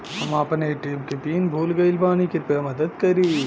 हम आपन ए.टी.एम के पीन भूल गइल बानी कृपया मदद करी